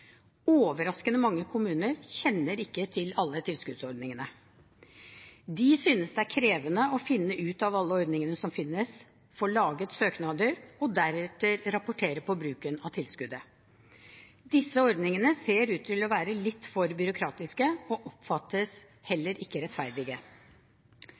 Overraskende mange kommuner kjenner ikke til alle tilskuddsordningene. De synes det er krevende å finne ut av alle ordningene som finnes, få laget søknader og deretter rapportere for bruken av tilskuddet. Disse ordningene ser ut til å være litt for byråkratiske, og oppfattes